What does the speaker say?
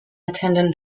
attended